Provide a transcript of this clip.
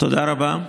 תודה רבה.